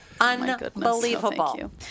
Unbelievable